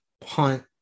punt